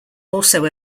also